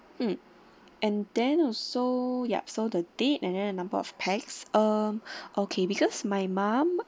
mm and then also yup so the date and then the number of pax uh okay because my mum